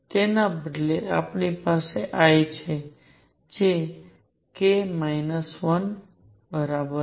તેના બદલે આપણી પાસે l છે જે k 1 ની બરાબર છે